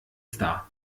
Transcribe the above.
star